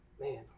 man